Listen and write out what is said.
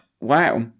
wow